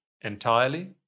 entirely